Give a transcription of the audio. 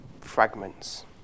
fragments